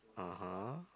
(uh huh)